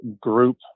group